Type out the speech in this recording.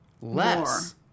Less